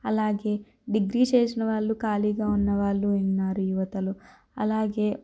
అలాగే డిగ్రీ చేసిన వాళ్ళు ఖాళీగా ఉన్న వాళ్ళు ఉన్నారు యువతలో అలాగే